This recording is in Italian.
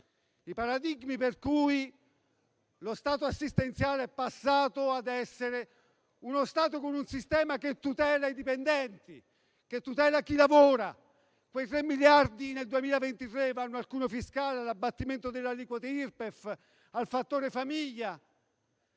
paradigmi, per cui lo Stato assistenziale è passato a essere uno Stato con un sistema che tutela i dipendenti e chi lavora. Tre miliardi nel 2023 vanno al cuneo fiscale, all'abbattimento delle aliquote Irpef, al fattore famiglia;